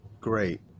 great